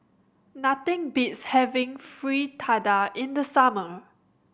nothing beats having Fritada in the summer